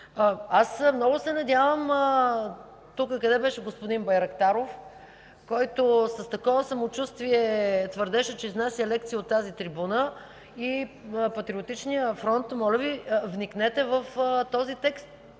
Аз много се надявам господин Байрактаров, който с такова самочувствие твърдеше, че изнася лекция от тази трибуна, и Патриотичния фронт – моля Ви, вникнете в този текст.